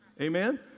Amen